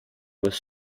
with